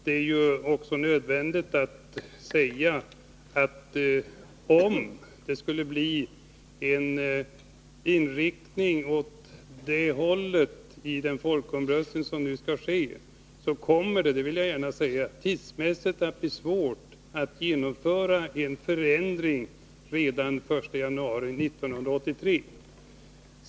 Om den folkomröstning som nu skall ske ger till resultat en inriktning mot det alternativet, så blir det — det vill jag gärna säga — tidsmässigt svårt att genomföra en förändring redan den 1 januari 1983.